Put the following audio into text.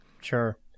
Sure